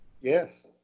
Yes